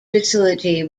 facility